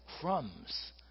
crumbs